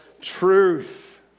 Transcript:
truth